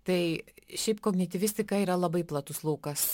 tai šiaip kognityvistika yra labai platus laukas